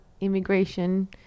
immigration